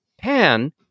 pan